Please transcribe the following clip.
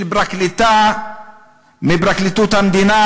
של פרקליטה מפרקליטות המדינה,